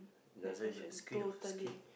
skin or skin